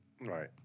Right